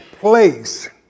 place